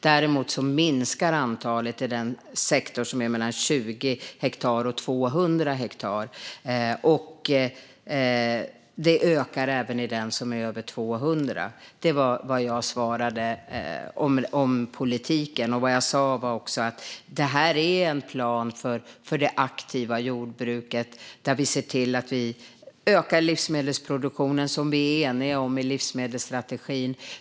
Däremot minskar antalet i den sektor som har mellan 20 och 200 hektar. Det ökar även i den som har över 200 hektar. Det var vad jag svarade om politiken. Jag sa också att det här är en plan för det aktiva jordbruket där vi ser till att öka livsmedelsproduktionen, vilket vi är eniga om i livsmedelsstrategin.